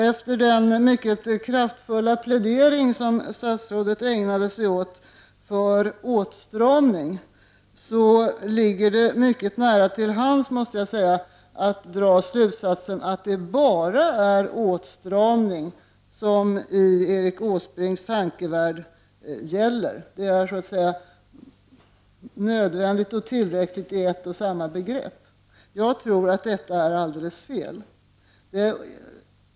Efter den mycket kraftfulla plädering som statsrådet ägnade sig åt för åtstramning ligger det mycket nära till hands, måste jag säga, att dra slutsatsen att det bara är åtstramning som gäller i Erik Åsbrinks tankevärld. Nödvändigt och tillräckligt är ungefär ett och samma begrepp. Jag tror att detta är alldeles fel.